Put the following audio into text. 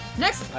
next.